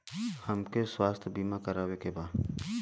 हमके स्वास्थ्य बीमा करावे के बा?